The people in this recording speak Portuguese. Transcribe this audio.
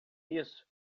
isso